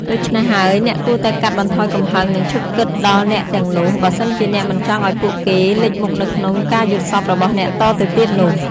ដូច្នេះហើយ អ្នកគួរតែកាត់បន្ថយកំហឹង និងឈប់គិត ដល់អ្នកទាំងនោះ បើសិនជាអ្នក មិនចង់ឲ្យពួកគេ លេចមុខនៅក្នុង ការយល់សប្តិរបស់អ្នកតទៅទៀតនោះ។